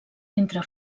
entre